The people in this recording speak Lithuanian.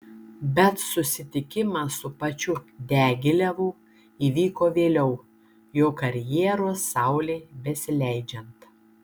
bet susitikimas su pačiu diagilevu įvyko vėliau jo karjeros saulei besileidžiant